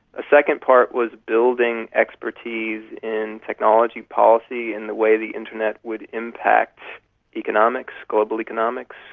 a second part was building expertise in technology policy and the way the internet would impact economics, global economics,